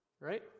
right